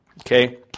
Okay